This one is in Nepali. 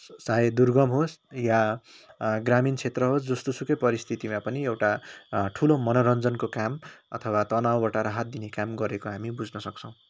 चाहे दुर्गम होस् या ग्रामीण क्षेत्र होस् जस्तोसुकै परिस्थितिमा पनि एउटा ठुलो मनोरञ्जनको काम अथवा तनावबाट राहत दिने काम गरेको हामी बुझ्न सक्छौँ